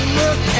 look